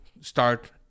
start